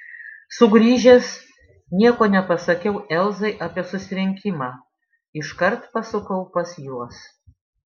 sugrįžęs nieko nepasakiau elzai apie susirinkimą iškart pasukau pas juos